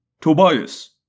Tobias